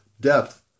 depth